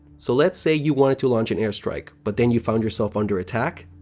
so let's say you wanted to launch an airstrike, but then you found yourself under attack,